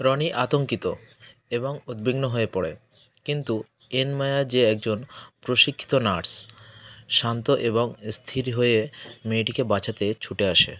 রনি আতঙ্কিত এবং উদ্বিগ্ন হয়ে পড়ে কিন্তু এনমায়া যে একজন প্রশিক্ষিত নার্স শান্ত এবং স্থির হয়ে মেয়েটিকে বাঁচাতে ছুটে আসে